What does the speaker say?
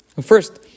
first